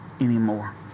anymore